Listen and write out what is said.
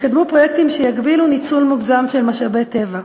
יקדמו פרויקטים שיגבילו ניצול מוגזם של משאבי טבע.